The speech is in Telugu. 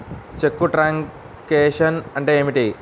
చెక్కు ట్రంకేషన్ అంటే ఏమిటి?